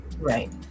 Right